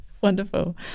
Wonderful